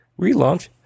Relaunch